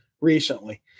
recently